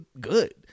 good